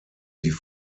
die